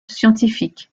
scientifique